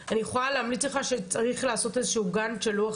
אני יכולה להמליץ לך לעשות איזשהו גאנט של לוח